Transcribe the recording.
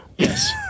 Yes